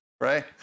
right